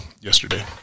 yesterday